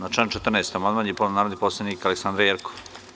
Na član 14. amandman je podnela narodni poslanik mr Aleksandra Jerkov.